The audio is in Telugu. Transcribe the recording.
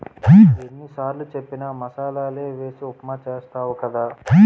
ఎన్ని సారులు చెప్పిన మసాలలే వేసి ఉప్మా చేస్తావు కదా